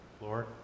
Lord